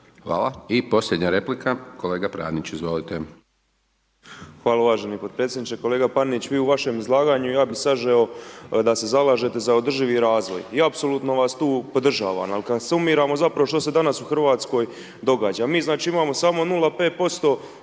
Hvala. I posljednja replika kolega Pranić, izvolite. **Pranić, Ante (NLM)** Hvala uvaženi potpredsjedniče. Kolega Panenić, vi u vašem izlaganju ja bih sažeo da se zalažete za održivi razvoj. I apsolutno vas tu podržavamo, ali kad sumiramo zapravo što se danas u Hrvatskoj događa. Mi znači imamo samo 0,5%